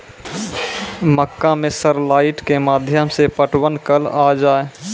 मक्का मैं सर लाइट के माध्यम से पटवन कल आ जाए?